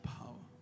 power